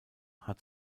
hat